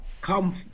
come